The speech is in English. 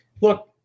Look